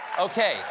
Okay